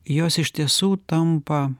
jos iš tiesų tampa